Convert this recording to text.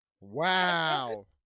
Wow